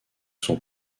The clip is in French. sont